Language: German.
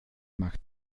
macht